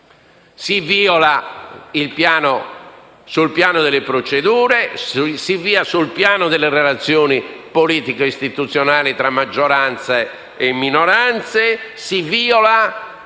Si viola sul piano delle procedure, si viola sul piano delle relazioni politico istituzionali tra maggioranza e minoranze, si viola